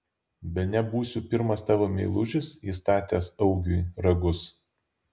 bene būsiu pirmas tavo meilužis įstatęs augiui ragus